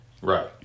Right